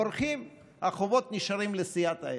בורחים והחובות נשארים לסיעת האם.